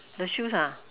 the shoes ah